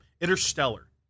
Interstellar